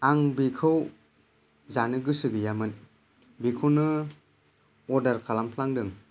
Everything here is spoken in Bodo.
आं बेखौ जानो गोसो गैयामोन बेखौनो अरदार खालामफ्लांदों